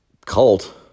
cult